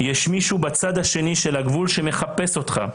יש מישהו בצד השני של הגבול שמחפש אותך.